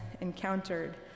encountered